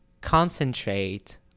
concentrate